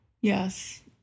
Yes